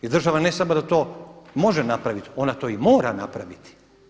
I država ne samo da to može napraviti, ona to i mora napraviti.